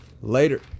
Later